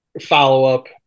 follow-up